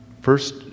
First